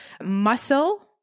muscle